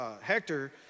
Hector